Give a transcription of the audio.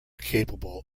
capable